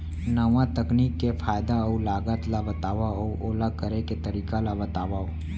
नवा तकनीक के फायदा अऊ लागत ला बतावव अऊ ओला करे के तरीका ला बतावव?